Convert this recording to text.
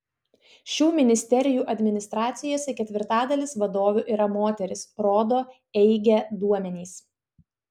šių ministerijų administracijose ketvirtadalis vadovių yra moterys rodo eige duomenys